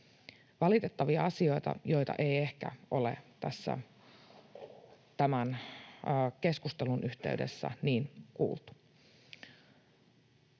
Valitettavia asioita, joita ei ehkä ole tässä tämän keskustelun yhteydessä niin kuultu.